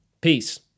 Peace